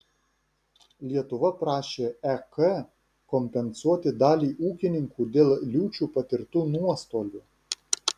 lietuva prašė ek kompensuoti dalį ūkininkų dėl liūčių patirtų nuostolių